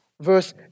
Verse